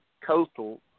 coastal